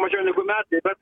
mažiau negu metai bet